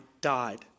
died